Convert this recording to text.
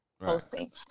posting